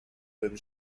bym